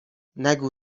نگو